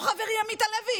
חברי עמית הלוי?